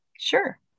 Sure